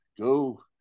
go